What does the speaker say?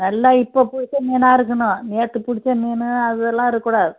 நல்ல இப்போ பிடிச்ச மீனாக இருக்கணும் நேற்று பிடிச்ச மீன் அதெல்லாம் இருக்கக்கூடாது